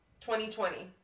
2020